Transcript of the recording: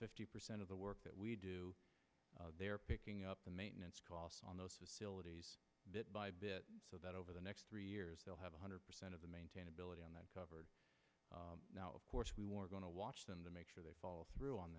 fifty percent of the work that we do they're picking up the maintenance costs on those facilities bit by bit so that over the next three years they'll have one hundred percent of the maintainability on that covered now of course we're going to watch them to make sure they follow through on